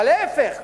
אבל להיפך,